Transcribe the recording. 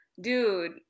dude